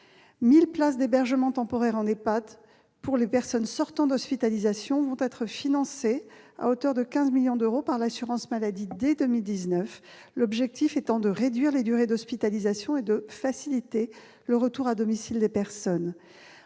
1 000 places d'hébergement temporaire en EHPAD pour les personnes sortant d'hospitalisation seront financées à hauteur de 15 millions d'euros par l'assurance maladie dès 2019, l'objectif étant de réduire les durées d'hospitalisation et de faciliter le retour à domicile des personnes.